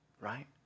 right